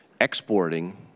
exporting